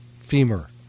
femur